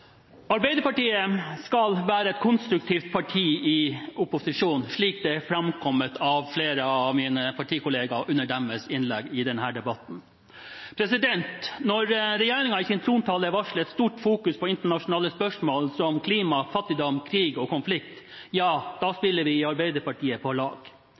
Arbeiderpartiet skal være et konstruktivt parti i opposisjon, slik det har framkommet av flere av mine partikollegaers innlegg i denne debatten. Når regjeringen i sin trontale varslet stort fokus på internasjonale spørsmål, som klima, fattigdom, krig og konflikt, spiller vi i Arbeiderpartiet på lag.